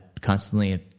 constantly